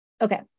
Okay